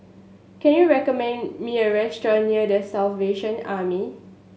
can you recommend me a restaurant near The Salvation Army